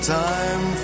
time